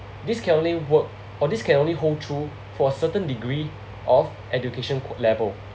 this can only work or this can only hold through for a certain degree of education level